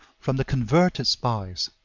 from the converted spy.